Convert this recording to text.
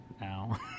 now